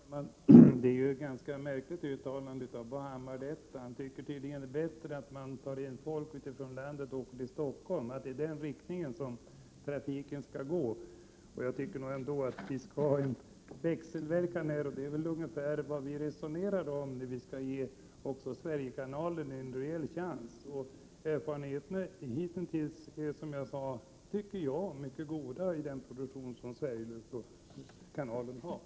Herr talman! Detta är ett ganska märkligt uttalande av Bo Hammar. Han tycker tydligen att det är bättre att människor utifrån landet åker till Stockholm och att det alltså är i den riktningen trafiken skall gå. Jag anser ändå att vi skall ha en växelverkan. Det är ungefär vad vi resonerar om. Vi skall ge Sverigekanalen en rejäl chans. Erfarenheterna hitintills av Sverigekanalens produktion tycker jag är mycket goda.